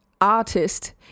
artist